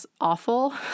awful